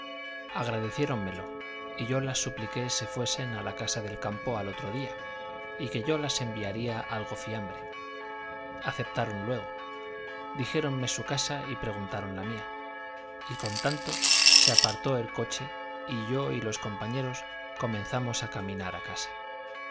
tenía agradeciéronmelo y yo las supliqué se fuesen a la casa del campo al otro día y que yo las enviaría algo fiambre aceptaron luego dijéronme su casa y preguntaron la mía y con tanto se apartó el coche y yo y los compañeros comenzamos a caminar a casa